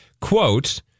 Quote